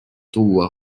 tuua